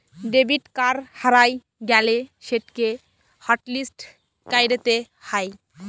debit card হারাঁয় গ্যালে সেটকে হটলিস্ট ক্যইরতে হ্যয়